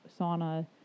sauna